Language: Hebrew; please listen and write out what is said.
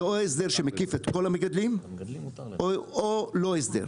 זה או הסדר שמקיף את כל המגדלים או לא הסדר.